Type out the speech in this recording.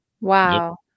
wow